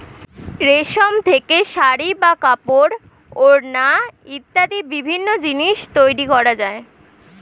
রেশম থেকে শাড়ী বা কাপড়, ওড়না ইত্যাদি বিভিন্ন জিনিস তৈরি করা যায়